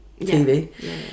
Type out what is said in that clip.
TV